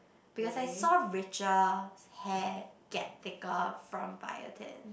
because I saw Rachel's hair get thicker from biotin